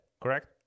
correct